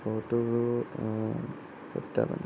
বহুতো প্ৰত্যাহ্বান